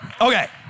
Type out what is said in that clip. Okay